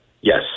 Yes